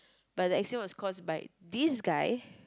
but the accident was caused by this guy